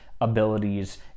abilities